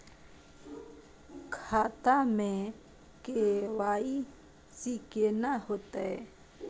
खाता में के.वाई.सी केना होतै?